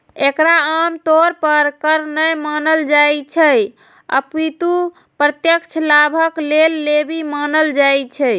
एकरा आम तौर पर कर नै मानल जाइ छै, अपितु प्रत्यक्ष लाभक लेल लेवी मानल जाइ छै